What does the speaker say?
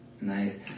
Nice